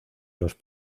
los